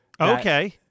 Okay